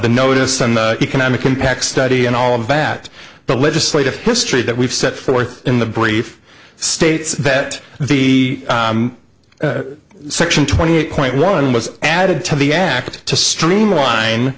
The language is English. the notice on the economic impact study and all of the bat the legislative history that we've set forth in the brief states that the section twenty eight point one was added to the act to streamline